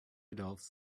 adults